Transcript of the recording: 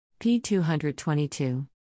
P222